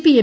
P M